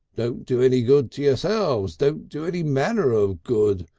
don't do any good to yourselves, don't do any manner of good,